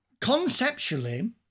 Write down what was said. Conceptually